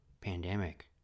pandemic